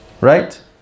Right